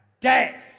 day